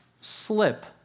slip